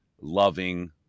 loving